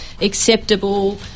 acceptable